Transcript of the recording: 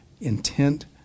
intent